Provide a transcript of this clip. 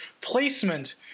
placement